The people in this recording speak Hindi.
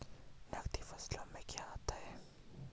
नकदी फसलों में क्या आता है?